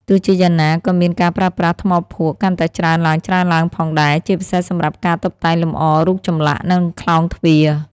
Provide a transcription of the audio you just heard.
ទោះជាយ៉ាងណា ក៏មានការប្រើប្រាស់ ថ្មភក់ កាន់តែច្រើនឡើងៗផងដែរ ជាពិសេសសម្រាប់ការតុបតែងលម្អ រូបចម្លាក់ និងខ្លោងទ្វារ។